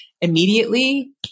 immediately